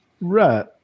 Right